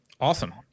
Awesome